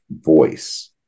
voice